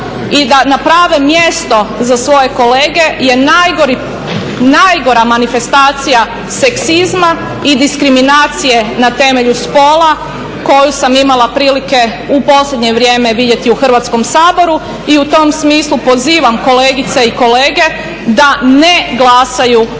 i da naprave mjesto za svoje kolege je najgora manifestacija seksizma i diskriminacije na temelju spola koju sam imala prilike u posljednje vrijeme vidjeti u Hrvatskom saboru i u tom smislu pozivam kolegice i kolege da ne glasaju